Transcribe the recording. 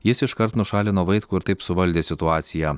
jis iškart nušalino vaitkų ir taip suvaldė situaciją